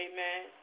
Amen